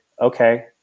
okay